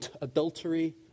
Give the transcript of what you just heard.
adultery